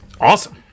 Awesome